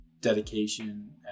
dedication